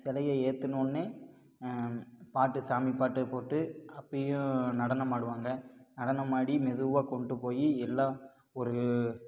சிலைய ஏத்துனோடனே பாட்டு சாமி பாட்டு போட்டு அப்போயும் நடனம் ஆடுவாங்க நடனம் ஆடி மெதுவாக கொண்டுட்டு போய் எல்லா ஒரு